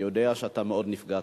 אני יודע שאתה מאוד נפגעת.